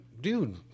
dude